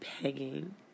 pegging